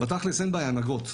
בתכלס אין בעיה עם אגרות,